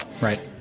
right